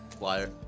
Liar